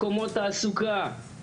מקומות תעסוקה,